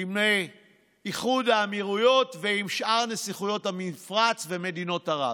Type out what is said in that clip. עם איחוד האמירויות ועם שאר נסיכויות המפרץ ומדינות ערב.